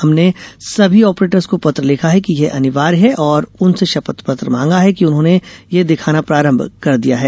हमने सभी ऑपरेटर्स को पत्र लिखा है कि यह अनिवार्य है और उनसे शपथ पत्र मांगा है कि उन्होंने यह दिखाना प्रारंभ कर दिया है